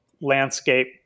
landscape